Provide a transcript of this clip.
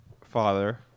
Father